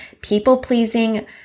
people-pleasing